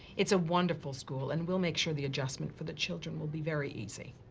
it's a wonderful school, and we'll make sure the adjustment for the children will be very easy.